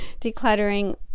decluttering